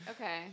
Okay